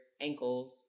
ankles